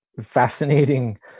fascinating